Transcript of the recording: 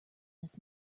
this